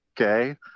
okay